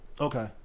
Okay